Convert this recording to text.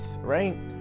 right